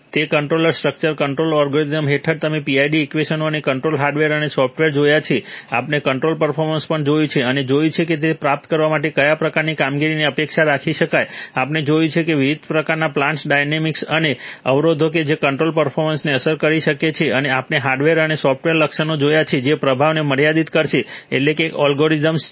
તે control structures control algorithms હેઠળ તમે PID ઇક્વેશનો અને કંટ્રોલ હાર્ડવેર અને સોફ્ટવેર જોયા છે આપણે કંટ્રોલ પર્ફોર્મન્સ પણ જોયું છે અને જોયું છે કે તે પ્રાપ્ત કરવા માટે કયા પ્રકારની કામગીરીની અપેક્ષા રાખી શકાય આપણે જોયું છે કે વિવિધ પ્રકારના પ્લાન્ટ ડાયનેમિક્સ અને અવરોધો કે જે કંટ્રોલ પર્ફોર્મન્સને અસર કરી શકે છે અને આપણે હાર્ડવેર અને સોફ્ટવેર લક્ષણો જોયા છે જે પ્રભાવને મર્યાદિત કરશે એટલે કે તે અલ્ગોરિધમ્સ છે